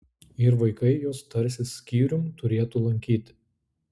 ir vaikai juos tarsi skyrium turėtų lankyti